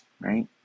right